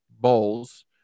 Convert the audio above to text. Bowls